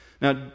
Now